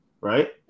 Right